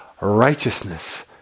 righteousness